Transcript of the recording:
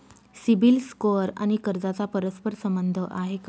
CIBIL score आणि कर्जाचा परस्पर संबंध आहे का?